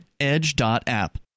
edge.app